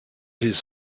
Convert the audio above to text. his